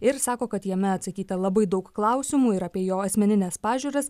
ir sako kad jame atsakyta labai daug klausimų ir apie jo asmenines pažiūras